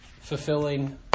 fulfilling